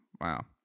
Wow